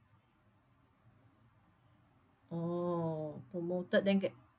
oh promoted then get